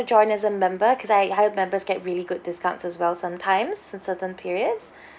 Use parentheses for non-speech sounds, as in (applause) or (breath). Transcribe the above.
join as a member because I heard members get really good discounts as well sometimes in certain periods (breath)